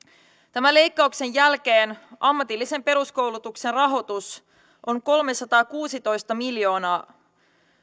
tämän leikkauksen jälkeen ammatillisen peruskoulutuksen rahoitus on kolmesataakuusitoista miljoonaa